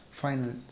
final